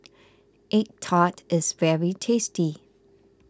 Egg Tart is very tasty